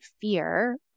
fear